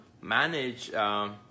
manage